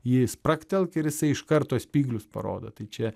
jį spragtelk ir jisai iš karto spyglius parodo tai čia